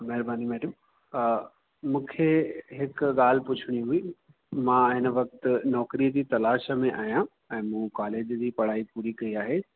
महिरबानी मेडम मूंखे हिकु ॻाल्हि पुछिणी हुई मां हिन वक़्ति नौकरीअ जी तलाश में आहियां ऐं मूं कॉलेज जी पढ़ाई पूरी कयी आहे